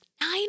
nine